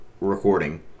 recording